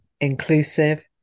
inclusive